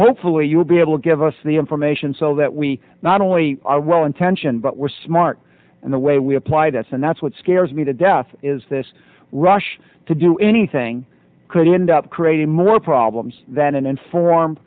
hopefully you will be able to give us the information so that we not only i well intentioned but we're smart and the way we apply that's and that's what scares me to death is this rush to do anything could end up creating more problems than an informed